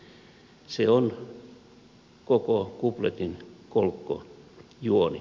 se on koko kupletin kolkko juoni